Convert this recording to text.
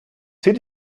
zieh